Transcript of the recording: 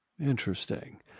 Interesting